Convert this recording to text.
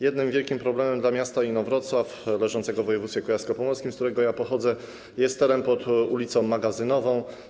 Jednym wielkim problemem dla miasta Inowrocław, leżącego w województwie kujawsko-pomorskim, z którego pochodzę, jest teren pod ul. Magazynową.